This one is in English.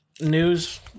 news